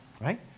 right